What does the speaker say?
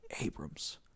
Abrams